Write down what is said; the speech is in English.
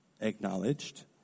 acknowledged